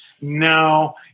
No